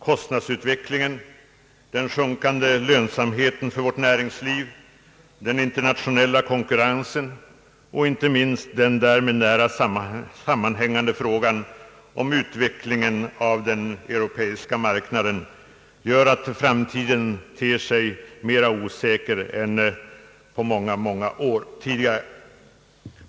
Kostnadsutvecklingen, den sjunkande lönsamheten, den internationella konkurrensen och inte minst den därmed nära sammanhängande frågan om utvecklingen av den europeiska marknaden gör att framtiden ter sig mera osäker än på många år tidigare.